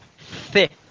thick